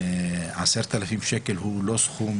10,000 שקל, הוא לא סכום